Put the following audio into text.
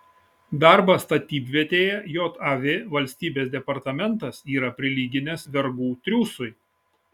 darbą statybvietėje jav valstybės departamentas yra prilyginęs vergų triūsui